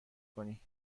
کنی